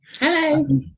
Hello